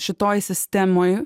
šitoj sistemoj